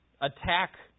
attack